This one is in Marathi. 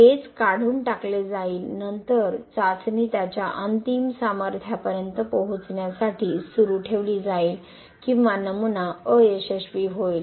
गेज काढून टाकले जाईल नंतर चाचणी त्याच्या अंतिम सामर्थ्यापर्यंत पोहोचण्यासाठी सुरू ठेवली जाईल किंवा नमुना अयशस्वी होईल